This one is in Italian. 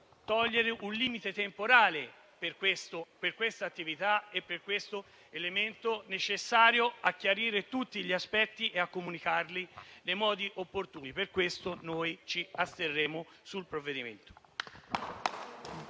togliere un limite temporale per questa attività e per questo elemento necessario a chiarire tutti gli aspetti e a comunicarli nei modi opportuni. Per questo noi ci asterremo sull'emendamento.